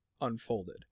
unfolded